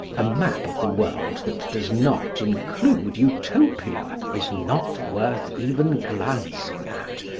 a map of the world that does not include utopia is not worth even glancing at,